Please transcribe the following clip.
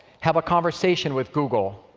have a conversation with google.